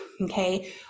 okay